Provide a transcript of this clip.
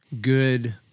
good